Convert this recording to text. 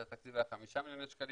התקציב אז היה חמישה מיליון שקלים,